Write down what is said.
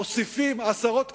מוסיפים עשרות תקנים.